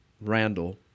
Randall